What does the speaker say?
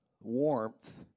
warmth